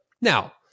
Now